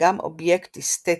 גם אובייקט אסתטי,